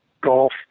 golf